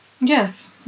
Yes